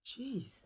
jeez